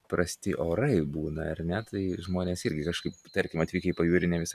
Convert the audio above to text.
prasti orai būna ar ne tai žmonės irgi kažkaip tarkim atvykę į pajūrį nevisai